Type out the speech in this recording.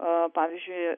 o pavyzdžiui